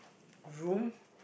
room